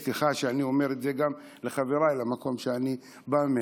סליחה שאני אומר את זה גם לחבריי במקום שאני בא ממנו,